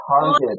target